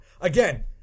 again